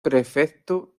prefecto